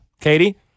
Katie